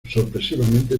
sorpresivamente